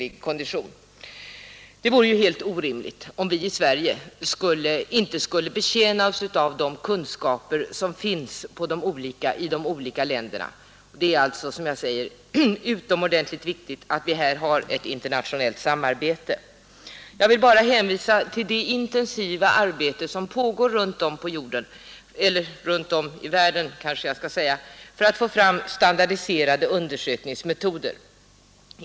Det vore ju helt orimligt om vi i Sverige inte skulle betjäna oss av de kunskaper som finns i de olika länderna. Det är alltså, som jag säger, utomordentligt viktigt att vi här har ett internationellt samarbete. Jag vill bara hänvisa till det intensiva arbete som pågår runt om i världen för att få fram standardiserade undersökningsmetoder.